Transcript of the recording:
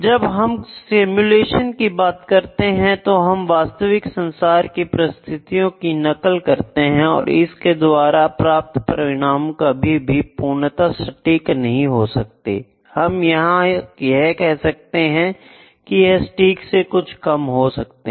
जब हम सिमुलेशन की बात करते हैं तो हम वास्तविक संसार की परिस्थितियों की नकल करते हैं और इसके द्वारा प्राप्त परिणाम कभी भी पूर्णता सटीक नहीं हो सकते हम यह कह सकते हैं की यह सटीक से कुछ कम हो सकते हैं